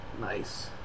Nice